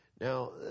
Now